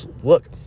Look